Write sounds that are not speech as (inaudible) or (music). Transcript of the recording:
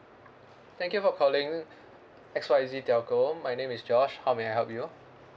thank you for calling (breath) X Y Z telco my name is josh how may I help you